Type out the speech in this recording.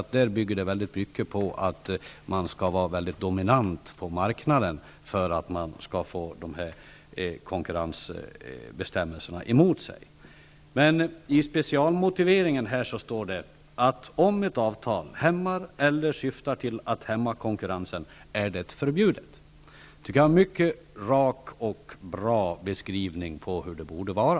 De bygger på att företaget skall vara mycket dominant på marknaden för att få konkurrensbestämmelserna mot sig. Av specialmotiveringen framgår det att avtal som hämmar eller syftar till att hämma konkurrensen är förbjudna. Det är en mycket rak och bra beskrivning på hur det borde vara.